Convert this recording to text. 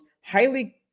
highly